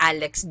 Alex